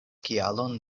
kialon